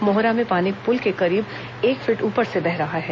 मोहरा में पानी पूल के करीब एक फीट ऊपर से बह रहा है